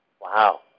Wow